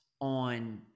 on